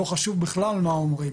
לא חשוב בכלל מה אומרים,